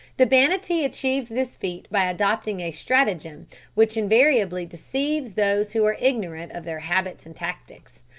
the banattee achieved this feat by adopting a stratagem which invariably deceives those who are ignorant of their habits and tactics.